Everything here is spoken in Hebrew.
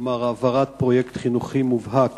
כלומר העברת פרויקט חינוכי מובהק